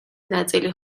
ნაწილი